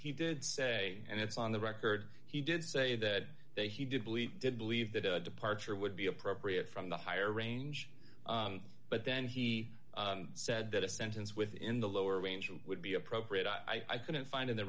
he did say and it's on the record he did say that they he did believe did believe that a departure would be appropriate from the higher range but then he said that a sentence within the lower range would be appropriate i couldn't find in the